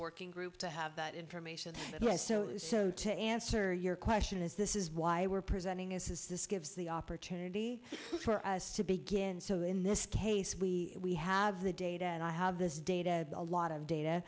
working group to have that information with us so to answer your question is this is why we're presenting is this gives the opportunity for us to begin so in this case we we have the data and i have this data a lot of data